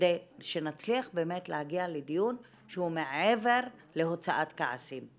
כדי שנצליח באמת להגיע לדיון שהוא מעבר להוצאת כעסים.